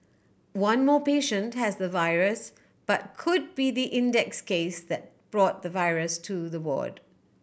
one more patient has the virus but could be the index case that brought the virus to the ward